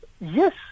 yes